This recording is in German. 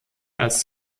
als